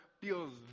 feels